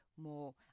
more